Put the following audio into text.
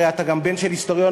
הרי אתה גם בן של היסטוריון,